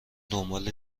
دنبال